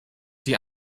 die